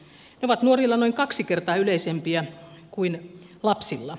ne ovat nuorilla noin kaksi kertaa yleisempiä kuin lapsilla